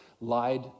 lied